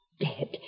dead